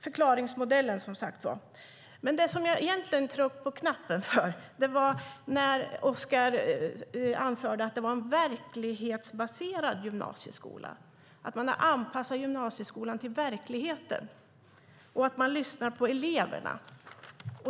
Anledningen till att jag begärde replik var att Oskar anförde att man har anpassat gymnasieskolan till verkligheten och att man lyssnar på eleverna.